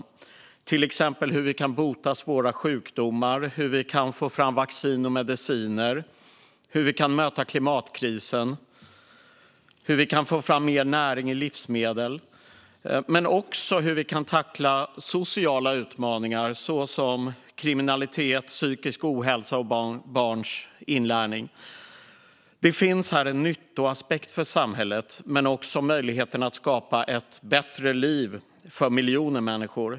Det gäller till exempel hur man kan bota svåra sjukdomar, få fram vaccin och mediciner, möta klimatkrisen och få fram mer näring i livsmedel - men också hur man kan tackla sociala utmaningar såsom kriminalitet, psykisk ohälsa och barns inlärning. Det finns här en nyttoaspekt för samhället men också möjligheten att skapa ett bättre liv för miljoner människor.